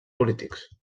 polítics